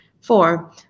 Four